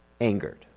angered